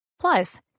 Plus